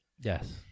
Yes